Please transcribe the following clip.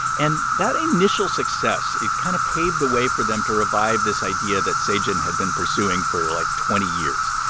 and that initial success, it kind of paved the way for them to revive this idea that se-jin had been pursuing for, like, twenty years.